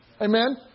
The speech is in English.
Amen